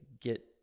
get